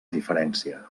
diferència